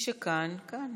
מי שכאן, כאן.